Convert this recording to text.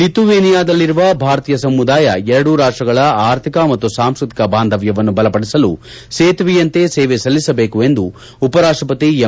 ಲಿಥುವೇನಿಯಾದಲ್ಲಿರುವ ಭಾರತೀಯ ಸಮುದಾಯ ಎರಡೂ ರಾಷ್ಟ್ರಗಳ ಆರ್ಥಿಕ ಮತ್ತು ಸಾಂಸ್ಕ್ಯತಿಕ ಬಾಂಧವ್ಯವನ್ನು ಬಲಪಡಿಸಲು ಸೇತುವೆಯಂತೆ ಸೇವೆ ಸಲ್ಲಿಸಬೇಕು ಎಂದು ಉಪ ರಾಷ್ಟಪತಿ ಎಂ